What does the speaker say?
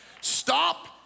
Stop